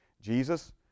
Jesus